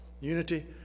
unity